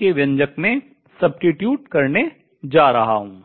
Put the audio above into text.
के व्यंजक में substitute स्थानापन्न करने जा रहा हूँ